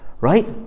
right